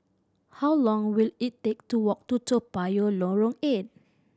how long will it take to walk to Toa Payoh Lorong Eight